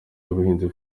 y’ubuhinzi